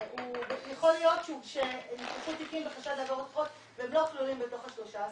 יכול להיות שנפתחו תיקים בחשד לעבירות אחרות והם לא כלולים בתוך ה-13.